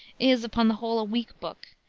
is, upon the whole, a weak book,